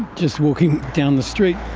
just walking down the street.